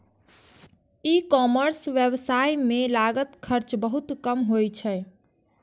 ई commerce व्यवसाय मे लागत खर्च बहुत कम होइ छै